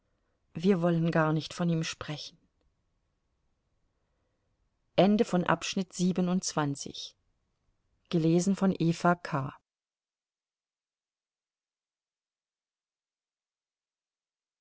wir wollen gar nicht von ihm sprechen